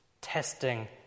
testing